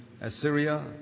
Assyria